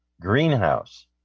greenhouse